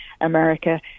America